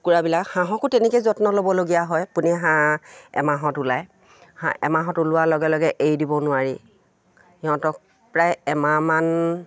কুকুৰাবিলাক হাঁহকো তেনেকৈ যত্ন ল'বলগীয়া হয় পোনেই হাঁহ এমাহত ওলায় হাঁহ এমাহত ওলোৱাৰ লগে লগে এৰি দিব নোৱাৰি সিহঁতক প্ৰায় এমাহমান